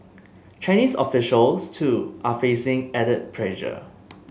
Chinese officials too are facing added pressure